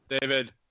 david